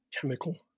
chemical